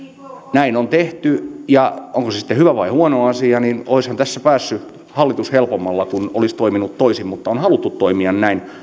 näin on tehty ja onko se sitten hyvä vai huono asia olisihan tässä päässyt hallitus helpommalla kun olisi toiminut toisin mutta on haluttu toimia näin